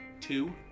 two